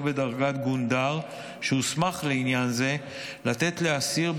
בדרגת גונדר שהוסמך לעניין זה לתת לאסיר,